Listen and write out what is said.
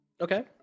Okay